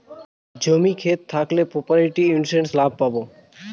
জমি ক্ষেত থাকলে প্রপার্টি ইন্সুরেন্স লাভ পাবো